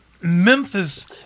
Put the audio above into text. Memphis